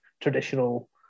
traditional